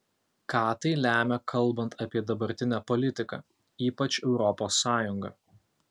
ką tai lemia kalbant apie dabartinę politiką ypač europos sąjungą